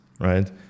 right